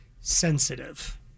sensitive